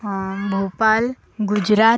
Bhopal Gujarat